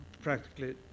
practically